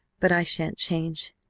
but i shan't change,